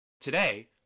Today